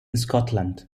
scotland